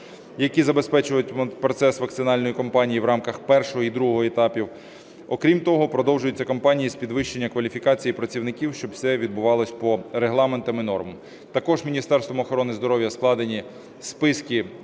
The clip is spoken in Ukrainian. які забезпечуватимуть процес вакцинальної кампанії в рамках першого і другого етапів. Окрім того, продовжують кампанії з підвищення кваліфікації працівників, щоб це відбувалось по регламентам і нормам. Також Міністерством охорони здоров'я складені списки